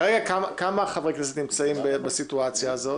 כמה חברי כנסת נמצאים כרגע בסיטואציה הזאת?